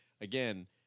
again